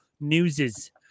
newses